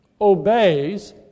obeys